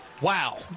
Wow